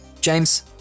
James